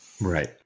Right